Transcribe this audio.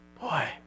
Boy